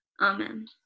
Amen